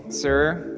sir.